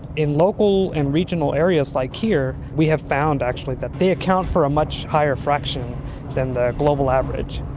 in local and regional areas like here we have found actually that they account for a much higher fraction than the global average.